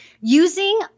using